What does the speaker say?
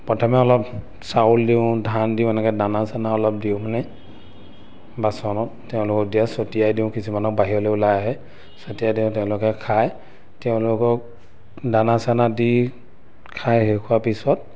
প্ৰথমে অলপ চাউল দিওঁ ধান দিওঁ এনেকৈ দানা চানা অলপ দিওঁ মানে বাচনত তেওঁলোকক দিয়া ছটিয়াই দিওঁ কিছুমানক বাহিৰলৈ ওলাই আহে ছটিয়াই দিওঁ তেওঁলোকে খায় তেওঁলোকক দানা চানা দি খাই শেষ হোৱাৰ পিছত